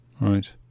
Right